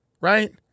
Right